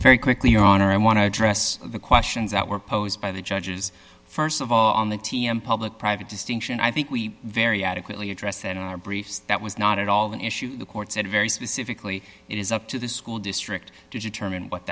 very quickly your honor i want to address the questions that were posed by the judges st of all on the t m public private distinction i think we very adequately address in our briefs that was not at all an issue the court said very specifically it is up to the school district to determine what